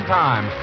time